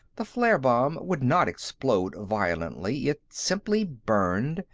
the flare bomb would not explode violently it simply burned,